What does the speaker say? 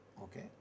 Okay